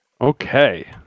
Okay